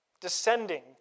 Descending